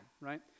right